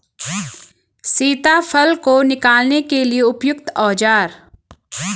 सीताफल को निकालने के लिए उपयुक्त औज़ार?